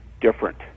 different